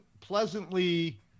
pleasantly